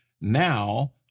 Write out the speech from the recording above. now